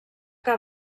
que